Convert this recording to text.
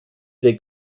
der